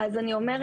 אז אני אומרת